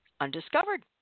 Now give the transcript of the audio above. undiscovered